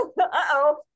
Uh-oh